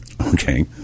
okay